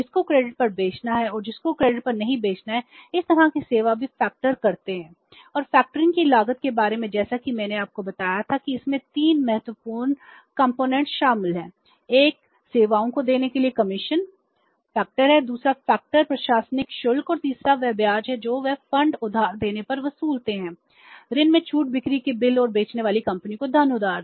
किसको क्रेडिट पर बेचना है और किसको क्रेडिट पर नहीं बेचना है इस तरह की सेवा भी फैक्टर प्रशासनिक शुल्क और तीसरा वह ब्याज है जो वे फंड उधार देने पर वसूलते हैं ऋण में छूट बिक्री के बिल और बेचने वाली कंपनियों को धन उधार दे